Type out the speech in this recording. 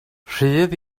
rhydd